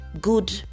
good